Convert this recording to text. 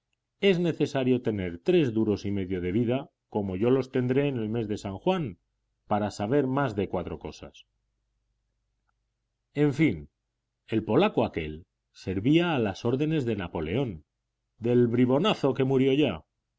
es necesario tener tres duros y medio de vida como yo los tendré en el mes de san juan para saber más de cuatro cosas en fin el polaco aquél servía a las órdenes de napoleón del bribonazo que murió ya